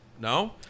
No